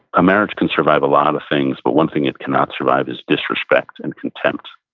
a marriage can survive a lot of things, but one thing it cannot survive is disrespect and contempt,